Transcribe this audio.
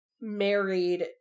married